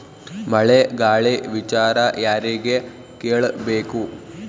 ಮಳೆ ಗಾಳಿ ವಿಚಾರ ಯಾರಿಗೆ ಕೇಳ್ ಬೇಕು?